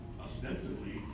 Ostensibly